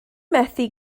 methu